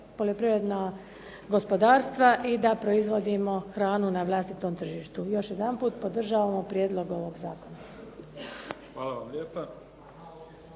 poljoprivredna gospodarstva i da proizvodimo hranu na vlastitu tržištu. Još jedanput podržavamo prijedlog ovog zakona. **Mimica, Neven